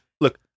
Look